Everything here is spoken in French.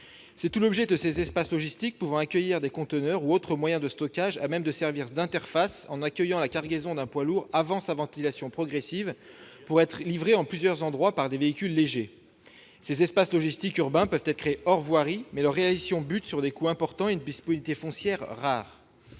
C'est tout l'objet de ces espaces logistiques, pouvant accueillir des conteneurs ou autres moyens de stockage à même de servir d'interface en accueillant la cargaison d'un poids lourd avant sa ventilation progressive pour être livrée en plusieurs endroits par des véhicules légers. Ces espaces peuvent être créés hors voirie, mais leur réalisation bute sur des coûts importants et une disponibilité foncière rare.